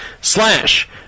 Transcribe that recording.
slash